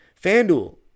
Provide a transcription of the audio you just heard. FanDuel